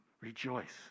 rejoice